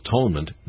atonement